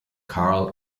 carl